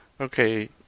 okay